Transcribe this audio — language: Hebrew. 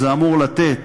זה אמור לתת